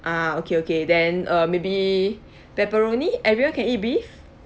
ah okay okay then uh maybe pepperoni everyone can eat beef